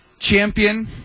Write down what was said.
Champion